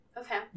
okay